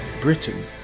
Britain